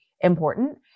important